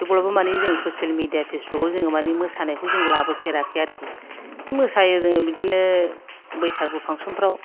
थेवब्लाबो माने जों ससियेल मेडिया फेसबुक आव जों मानि मोसानायखौ जों लाबोफेराखै आरोखि मोसायो जों बिदिनो बैसागु फांक्सन फ्राव